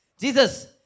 Jesus